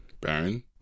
baron